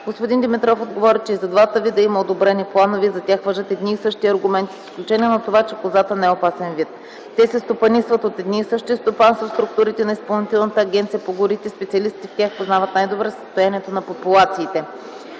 господин Димитров отговори, че и за двата вида има одобрени планове и за тях важат едни и същи аргументи с изключение на това, че козата не е опасен вид. Те се стопанисват от едни и същи стопанства в структурите на Изпълнителната агенция по горите, специалистите в тях познават най-добре състоянието на популациите.